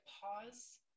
pause